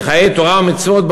מחיי תורה ומצוות,